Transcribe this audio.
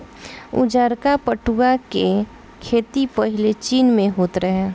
उजारका पटुआ के खेती पाहिले चीन में होत रहे